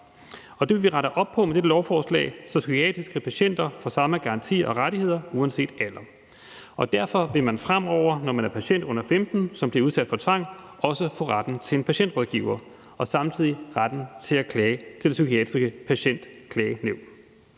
det vil vi rette op på med dette lovforslag, så psykiatriske patienter får samme garanti og rettigheder uanset alder. Og derfor vil man fremover, når man er patient under 15 år, som bliver udsat for tvang, også få retten til en patientrådgiver og samtidig retten til at klage til Det Psykiatriske Patientklagenævn.